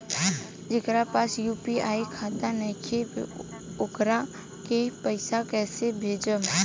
जेकरा पास यू.पी.आई खाता नाईखे वोकरा के पईसा कईसे भेजब?